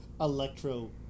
Electro